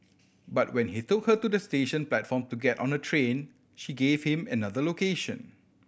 but when he took her to the station platform to get on a train she gave him another location